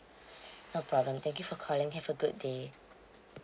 no problem thank you for calling have a good day